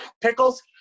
Pickles